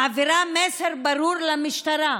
היא מעבירה מסר ברור למשטרה: